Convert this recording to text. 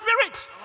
Spirit